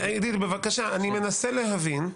עידית, אני מנסה להבין.